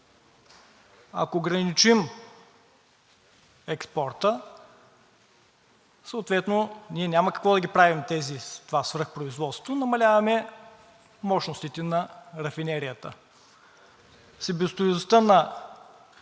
Ако ограничим експорта, съответно ние няма какво да правим това свръхпроизводство, намаляваме мощностите на рафинерията. Себестойността на